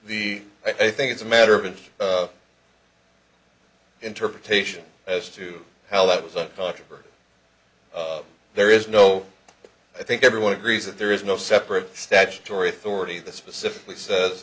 the i think it's a matter of interpretation as to how that was a controversy there is no i think everyone agrees that there is no separate statutory authority that specifically says